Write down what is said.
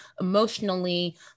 emotionally